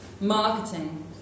marketing